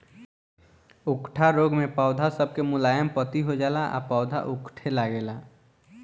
उकठा रोग मे पौध सब के मुलायम पत्ती हो जाला आ पौधा उकठे लागेला